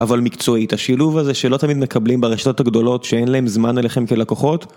אבל מקצועית השילוב הזה שלא תמיד מקבלים ברשתות הגדולות שאין להם זמן אליכם כלקוחות